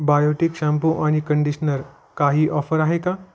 Biotique shampoo आणि conditioner काही offer आहे का